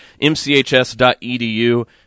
MCHS.edu